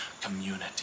community